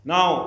Now